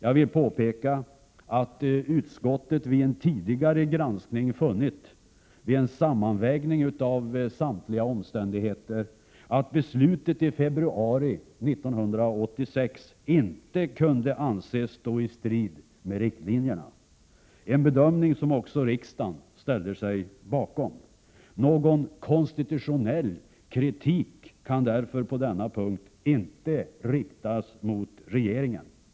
Jag vill påpeka att utskottet vid en tidigare granskning funnit, vid en sammanvägning av samtliga omständigheter, att beslutet i februari 1986 inte kunde anses stå i strid med riktlinjerna. Det är en bedömning som också riksdagen ställde sig bakom. Någon konstitutionell kritik kan därför på denna punkt inte riktas mot regeringen.